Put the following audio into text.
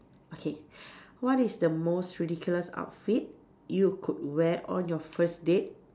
okay what is the most ridiculous outfit you could wear on you first date